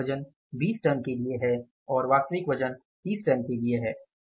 मानक वजन 20 टन के लिए है और वास्तविक वजन 30 टन के लिए है